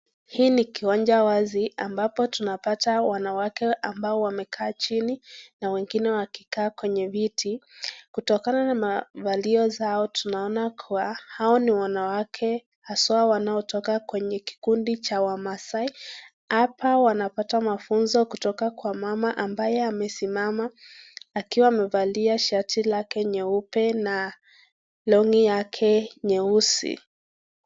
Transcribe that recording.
Hii ni kiwanja wazi, ambapo tunapata wanawake ambao wamekaa chini na wengine wakikaa kwenye viti. Kutokana na mavalio zao, tunaona kuwa hao ni wanawake, haswa wanaotoka kwenye kikundi cha wamaasai. Hapa wanapata mafunzo, kutoka kwa mama ambaye amesimama, akiwa amevalia shati lake nyeupe na longi yake nyeusi.